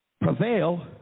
prevail